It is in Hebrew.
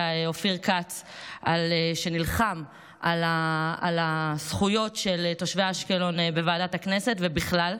אופיר כץ על שנלחם על הזכויות של תושבי אשקלון בוועדת הכנסת ובכלל.